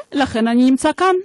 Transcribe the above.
(מחיאות כפיים) ולכן אני נמצא כאן,